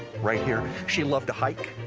right here. she loved to hike,